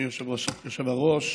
אדוני היושב-ראש,